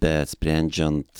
bet sprendžiant